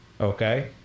okay